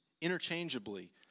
interchangeably